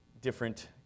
different